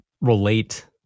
relate